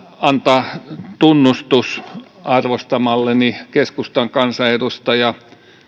antaa tunnustus arvostamalleni keskustan kansanedustaja